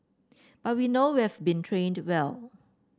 but we know we've been trained well